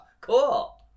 cool